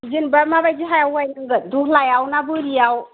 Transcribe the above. जेन'बा माबायदि हायाव गायनांगोन दहलायाव ना बोरियाव